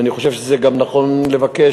ואני חושב שזה יהיה גם נכון לבקש,